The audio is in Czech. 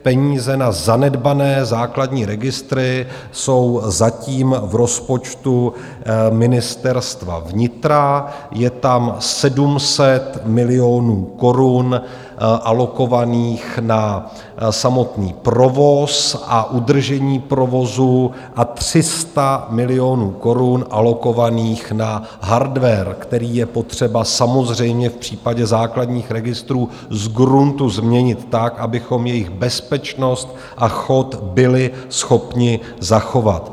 Peníze na zanedbané základní registry jsou zatím v rozpočtu Ministerstva vnitra, je tam 700 milionů korun alokovaných na samotný provoz a udržení provozu a 300 milionů korun alokovaných na hardware, který je potřeba samozřejmě v případě základních registrů zgruntu změnit tak, abychom jejich bezpečnost a chod byli schopni zachovat.